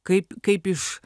kaip kaip iš